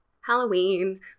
Halloween